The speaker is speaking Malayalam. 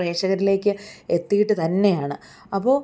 പ്രേഷകരിലേക്ക് എത്തിയിട്ട് തന്നെയാണ് അപ്പോൾ